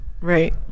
Right